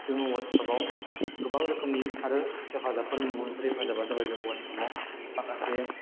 जों व्हाट्सेप आव गोबां रोखोमनि आरो हेफाजाबफोर मोनो बेफोर हेफाजाबा जाबाय जोङो व्हाट्सेप आव माखासे